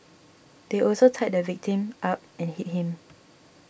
they also tied the victim up and hit him